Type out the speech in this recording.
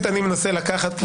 אני רוצה לקחת.